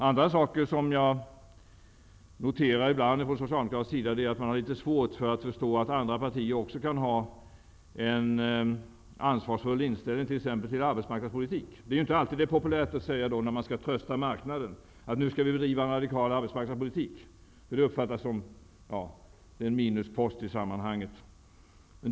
Andra saker som jag har noterat hos Socialdemokraterna är att de har litet svårt att förstå att andra partier också kan ha en ansvarsfull inställning till t.ex. arbetsmarknadspolitik. När man skall trösta marknaden är det ju inte alltid populärt att säga att man skall driva en radikal arbetsmarknadspolitik. Det är en minuspost i sammanhanget.